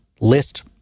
list